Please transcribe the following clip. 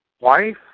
wife